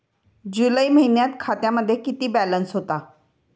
जुलै महिन्यात खात्यामध्ये किती बॅलन्स होता?